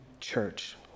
church